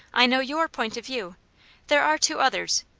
i know your point of view there are two others,